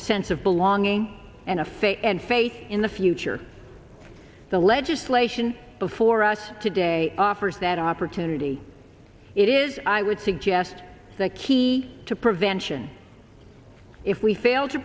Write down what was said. a sense of belonging and a faith and faith in the future the legislation before us today offers that opportunity it is i would suggest that key to prevention if we fail to